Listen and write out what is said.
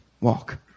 walk